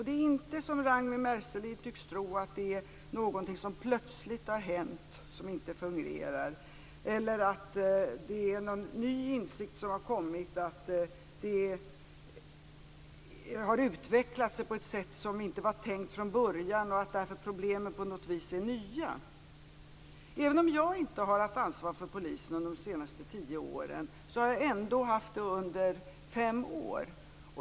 Det är inte som Ragnwi Marcelind tycks tro att det är någonting som plötsligt har hänt som gör att det inte fungerar eller att det är någon ny insikt som har kommit att det har utvecklat sig på ett sätt som inte var tänkt från början och att därför problemen på något vis är nya. Även om jag inte har haft ansvaret för polisen de senaste tio åren har jag ändå haft det under fem år.